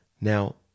Now